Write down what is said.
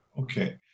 okay